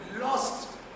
lost